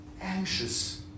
anxious